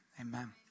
amen